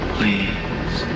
Please